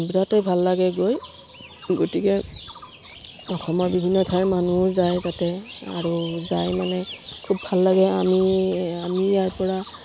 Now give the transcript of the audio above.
বিৰাটেই ভাল লাগে গৈ গতিকে অসমৰ বিভিন্ন ঠাইৰ মানুহ যায় তাতে আৰু যায় মানে খুব ভাল লাগে আমি আমি ইয়াৰ পৰা